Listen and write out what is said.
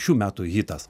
šių metų hitas